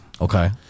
okay